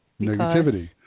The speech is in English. Negativity